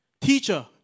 Teacher